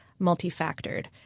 multifactored